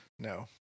no